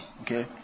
Okay